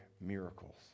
miracles